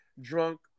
drunk